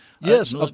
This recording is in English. Yes